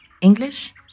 English